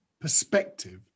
perspective